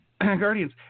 Guardians